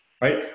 right